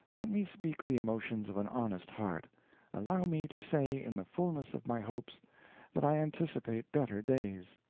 let me speak the emotions of an honest heart allow me to say in the fullness of my hopes that i anticipate better days.